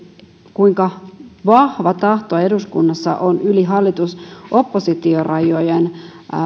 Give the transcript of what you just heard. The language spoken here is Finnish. kuinka vahva tahto eduskunnassa on yli hallitus oppositio rajojen